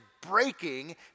breaking